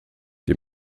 die